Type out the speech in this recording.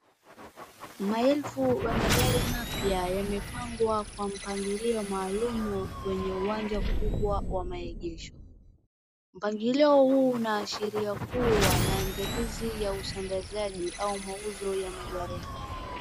Maelfu ya magari mapya yamepangwa kwa mpangilio maalum kwenye uwanja kubwa wa maegesho. Mpangilio unaashiria kuwa maandalizi ya usambazi au mauzo ya magari haya.